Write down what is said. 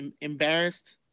Embarrassed